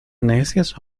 necias